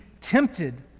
tempted